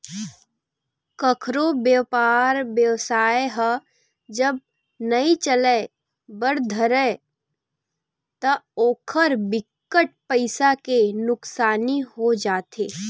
कखरो बेपार बेवसाय ह जब नइ चले बर धरय ता ओखर बिकट पइसा के नुकसानी हो जाथे